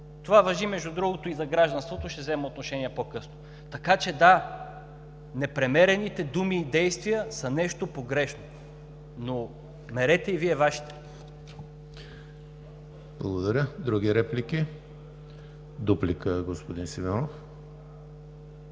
Това важи между другото и за гражданството, ще взема отношение по-късно. Така че – да, непремерените думи и действия са нещо погрешно, но мерете и Вие Вашите! ПРЕДСЕДАТЕЛ ЕМИЛ ХРИСТОВ: Благодаря. Други реплики? Дуплика – господин Симеонов.